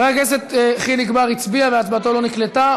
חבר הכנסת חיליק בר הצביע והצבעתו לא נקלטה.